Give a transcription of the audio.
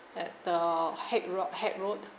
at the hague road hague road